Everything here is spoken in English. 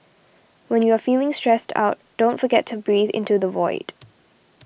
when you are feeling stressed out don't forget to breathe into the void